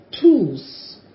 tools